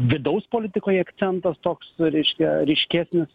vidaus politikoj akcentas toks reiškia ryškesnis